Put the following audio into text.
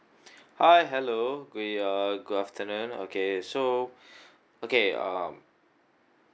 hi hello we uh good afternoon okay so okay um